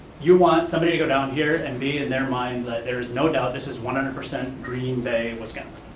you want somebody to go down here and be in their mind that, there's no doubt, this is one hundred percent green bay, wisconsin.